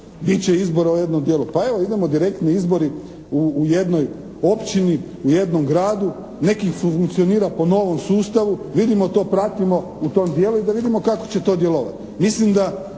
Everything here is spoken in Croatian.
će izbora u jednom dijelu. Pa evo idemo direktni izbori u jednoj općini, u jednom gradu. Neki funkcionira po novom sustavu. Vidimo to, pratimo u tom dijelu i da vidimo kako će to djelovati.